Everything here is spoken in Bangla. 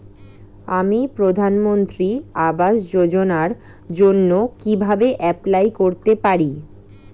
আমি প্রধানমন্ত্রী আবাস যোজনার জন্য কিভাবে এপ্লাই করতে পারি?